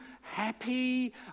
happy